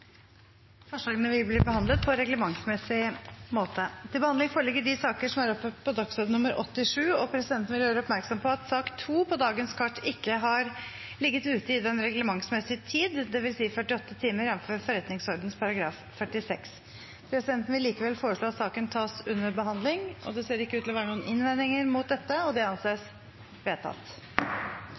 Forslagene vil bli behandlet på reglementsmessig måte. Presidenten vil gjøre oppmerksom på at sak nr. 2 på dagens kart ikke har ligget ute i den reglementsmessige tid, dvs. 48 timer, jf. forretningsordenen § 46. Presidenten vil likevel foreslå at saken tas under behandling, og det ser ikke ut til å være noen innvendinger mot dette. – Det anses vedtatt.